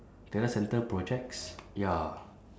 data centre projects ya